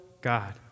God